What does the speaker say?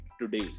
today